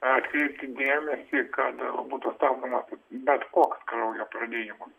atkreipti dėmesį kad būtų tampama bet koks kraujo praliejimas